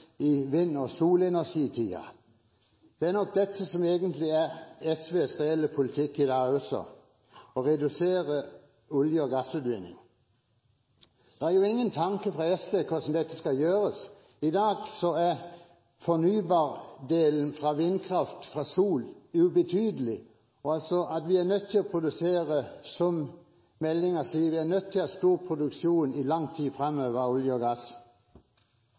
i vind- og solenergitiden. Det er nok dette som egentlig er SVs reelle politikk i dag også: å redusere olje- og gassutvinning. Men det er jo ingen tanke fra SV om hvordan dette skal gjøres. I dag er fornybardelen fra vindkraft og sol ubetydelig, og vi er, som meldingen sier, nødt til å ha stor produksjon av olje og gass i lang tid fremover.